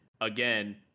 again